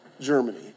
Germany